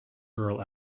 girl